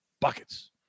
buckets